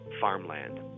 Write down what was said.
farmland